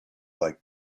like